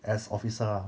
as officer ah